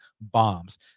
bombs